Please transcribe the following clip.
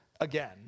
again